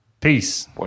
Peace